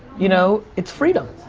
you know. it's freedom.